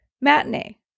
Matinee